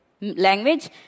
language